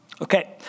Okay